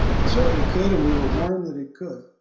it certainly could and we were warned that it could.